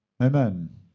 Amen